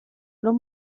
los